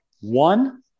One